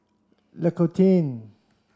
L'Occitane